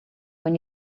when